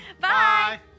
Bye